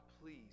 please